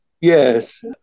Yes